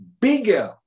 bigger